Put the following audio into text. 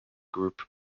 group